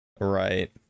Right